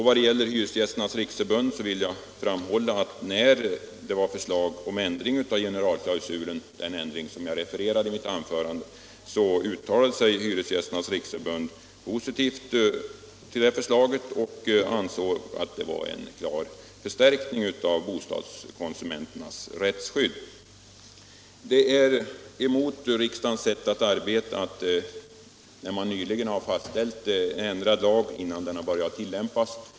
Beträffande Hyresgästernas riksförbund vill jag också framhålla att förbundet var positivt till förslaget om en ändring av generalklausulen — den ändring som jag refererade i mitt anförande — och ansåg förslaget innebära en klar förstärkning av bostadskonsumenternas rättsskydd. Det är emot riksdagens sätt att arbeta att begära ändring av en lag, innan den har börjat tillämpas.